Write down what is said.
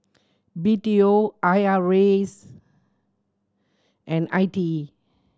B T O I R A S and I T E